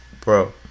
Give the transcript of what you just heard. bro